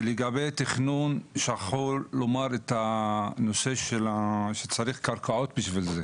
לגבי תכנון שכחו לומר את הנושא שצירך קרקעות בשביל זה,